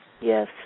Yes